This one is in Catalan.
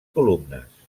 columnes